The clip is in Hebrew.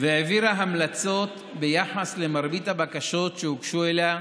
והעבירה המלצות ביחס למרבית הבקשות שהוגשו אליה,